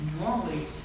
normally